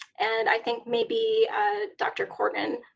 and i think maybe dr. korgan